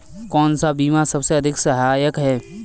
कौन सा बीमा सबसे अधिक सहायक है?